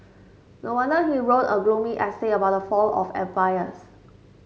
no wonder he wrote a gloomy essay about the fall of empires